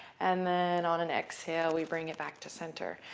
and then on an exhale, we bring it back to center.